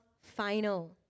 final